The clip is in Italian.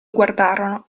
guardarono